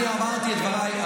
אני אמרתי את דבריי.